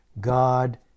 God